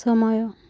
ସମୟ